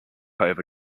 over